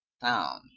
town